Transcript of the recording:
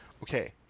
Okay